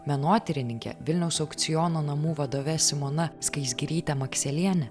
menotyrininke vilniaus aukciono namų vadove simona skaisgiryte makseliene